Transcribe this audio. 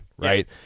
Right